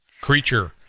creature